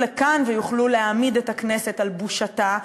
לכאן ויוכלו להעמיד את הכנסת על בושתה,